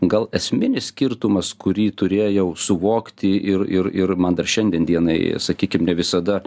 gal esminis skirtumas kurį turėjau suvokti ir ir ir man dar šiandien dienai sakykim ne visada